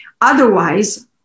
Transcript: Otherwise